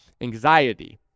anxiety